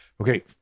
okay